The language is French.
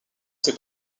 ces